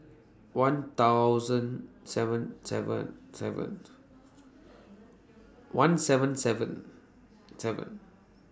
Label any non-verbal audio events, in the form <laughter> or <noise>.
one thousand seven seven seven <noise> one seven seven seven